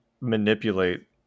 manipulate